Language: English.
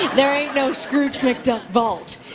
there ain't no scrooge mcduck vault.